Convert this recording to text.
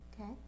Okay